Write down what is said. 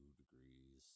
degrees